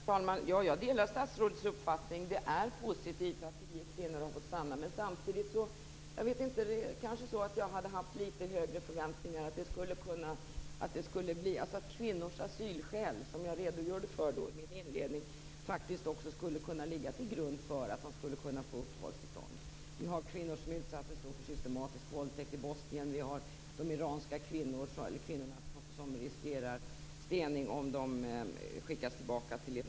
Herr talman! Jag delar statsrådets uppfattning. Det är positivt att tio kvinnor har fått stanna. Men jag hade samtidigt litet högre förväntningar på att kvinnors asylskäl, som jag redogjorde för i min inledning, skulle kunna ligga till grund för att de skulle kunna få uppehållstillstånd. Vi har kvinnor som utsattes för systematisk våldtäkt i Bosnien. Vi har de iranska kvinnorna som riskerar stening om de skickas tillbaka till Iran.